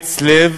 באומץ לב